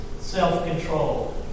self-control